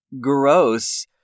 Gross